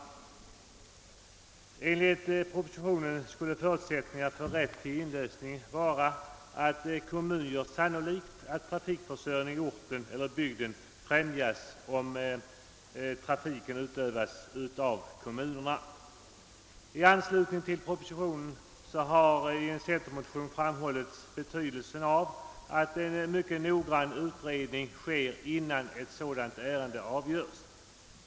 Enligt propositionen skulle en förutsättning för rätt till inlösen vara att kommun gör sannolikt att trafikförsörjning i orten eller bygden främjas om trafiken utövas av kommunerna. 1 anslutning till propositionen har i en centermotion framhållits betydelsen av att en mycket noggrann utredning göres, innan ett sådant ärende avgörs.